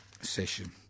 session